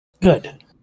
Good